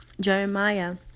Jeremiah